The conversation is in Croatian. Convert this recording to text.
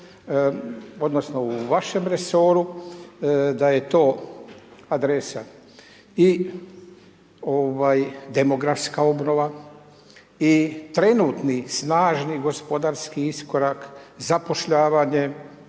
odnosno, u vašem resoru, da je to adresa i demografska obnova i trenutni snažni gospodarski iskorak zapošljavanje,